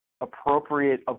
appropriate